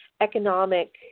economic